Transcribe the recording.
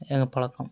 எங்கள் பழக்கம்